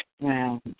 Wow